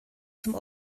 zum